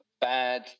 bad